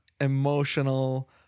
emotional